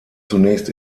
zunächst